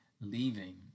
leaving